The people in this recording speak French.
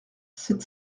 sept